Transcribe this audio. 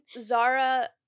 Zara